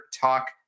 Talk